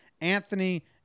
Anthony